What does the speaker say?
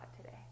today